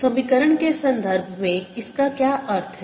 समीकरण के संदर्भ में इसका क्या अर्थ है